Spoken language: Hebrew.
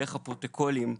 דרך הפרוטוקולים,